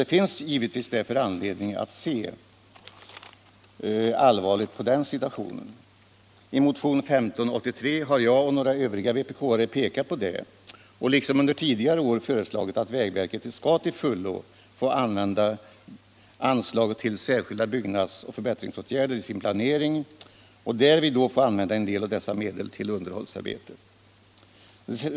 Det finns givetvis därför anledning att se allvarligt på situationen. I motion 1583 har jag och några andra vpk-are visat på detta och liksom under tidigare år föreslagit att vägverket i sin planering skall till fullo få utnyttja anslaget till Särskilda byggnadsoch förbättringsåtgärder och därvid använda en del av dessa medel till underhållsarbete.